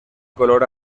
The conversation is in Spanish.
color